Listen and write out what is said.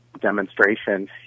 demonstration